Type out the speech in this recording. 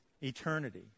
eternity